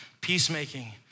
peacemaking